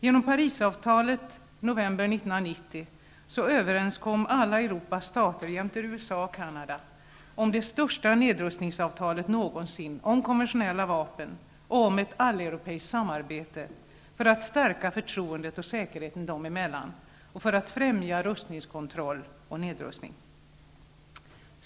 I Parisavtalet, november 1990, har alla Europas stater, jämte USA och Canada, kommit överens om det största nedrustningsavtalet någonsin om konventionella vapen och om ett alleuropeiskt samarbete för att stärka förtroendet och säkerheten dem emellan och för att främja rustningskontroll och nedrustning.